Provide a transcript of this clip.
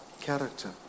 character